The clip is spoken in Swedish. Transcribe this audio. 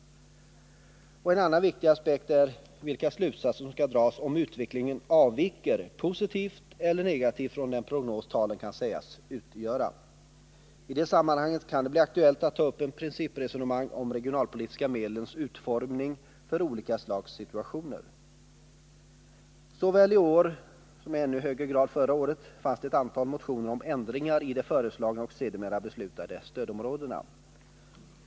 En annan viktig aspekt är vilka slutsatser som skall dras om utvecklingen avviker positivt eller negativt från den prognos talen kan sägas utgöra. I det sammanhanget kan det bli aktuellt att ta upp ett principresonemang om de regionalpolitiska medlens utformning för olika slags situationer. I år, liksom i ännu högre grad var fallet förra året, finns det ett stort antal motioner om ändringar i de föreslagna och sedermera beslutade stödområdena.